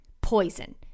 Poison